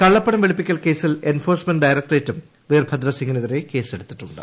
കള്ളപ്പണം വെളുപ്പിക്കൽ കേസിൽ എൻഫോഴ്സ്മെന്റ് ഡയറക്ടറേറ്റും വിരഭദ്രസിങ്ങിനെതിരെ കേസെടുത്തിട്ടുണ്ട്